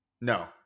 No